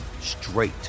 straight